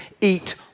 eat